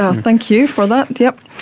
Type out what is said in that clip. ah thank you for that, yep.